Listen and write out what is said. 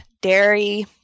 dairy